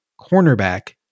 cornerback